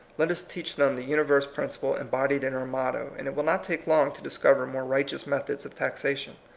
let us teach them the universe principle embodied in our motto, and it will not take long to discover more right eous methods of taxation.